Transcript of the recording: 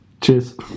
Cheers